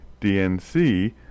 DNC